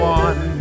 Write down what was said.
one